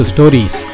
Stories